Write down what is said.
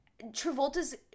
Travolta's